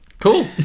Cool